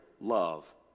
love